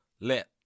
let